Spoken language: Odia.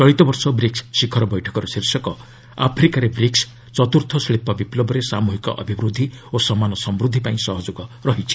ଚଳିତ ବର୍ଷ ବ୍ରିକ୍ସ୍ ଶିଖର ବୈଠକର ଶୀର୍ଷକ ଆଫ୍ରିକାରେ ବ୍ରିକ୍ସ୍ ଚତୁର୍ଥ ଶିଳ୍ପ ବିପ୍ଲବରେ ସାମୃହିକ ଅଭିବୃଦ୍ଧି ଓ ସମାନ ସମୃଦ୍ଧି ପାଇଁ ସହଯୋଗ ରହିଛି